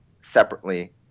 separately